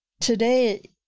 today